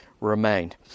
remained